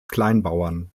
kleinbauern